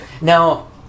Now